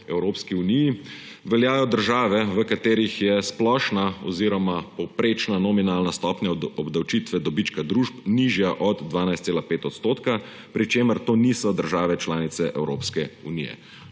Evropski uniji veljajo države, v katerih je splošna oziroma povprečna nominalna stopnja obdavčitve dobička družb nižja od 12,5 %, pri čemer to niso države članice Evropske unije.